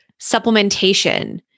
supplementation